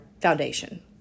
foundation